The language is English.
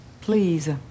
Please